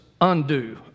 Undo